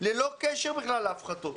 ללא קשר בכלל להפחתות.